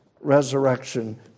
resurrection